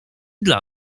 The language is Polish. dla